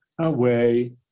away